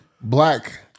black